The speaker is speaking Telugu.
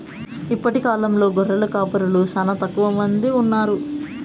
ఇప్పటి కాలంలో గొర్రెల కాపరులు చానా తక్కువ మంది ఉన్నారు